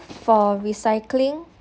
for recycling